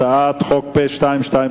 הצעת חוק פ/223,